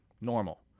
normal